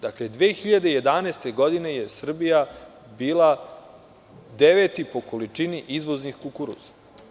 Dakle, 2011. godine je Srbija bila deveti po količini izvoznik kukuruza.